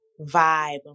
vibe